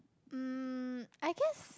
um I guess